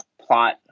plot